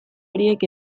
horiek